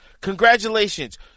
Congratulations